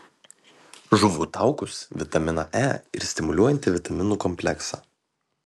žuvų taukus vitaminą e ir stimuliuojantį vitaminų kompleksą